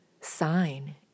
sign